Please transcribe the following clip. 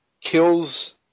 Kills